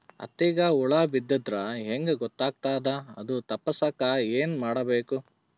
ಹತ್ತಿಗ ಹುಳ ಬಿದ್ದ್ರಾ ಹೆಂಗ್ ಗೊತ್ತಾಗ್ತದ ಅದು ತಪ್ಪಸಕ್ಕ್ ಏನ್ ಮಾಡಬೇಕು?